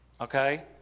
Okay